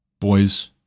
boys